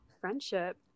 friendship